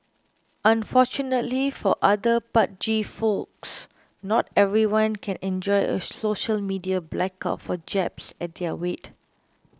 unfortunately for other pudgy folks not everyone can enjoy a social media blackout for jabs at their weight